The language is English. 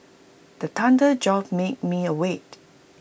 the thunder jolt me me awake